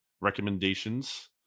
recommendations